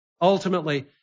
ultimately